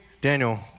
Daniel